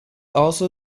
also